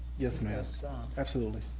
yes, ma'am, so absolutely.